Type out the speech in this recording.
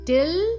Till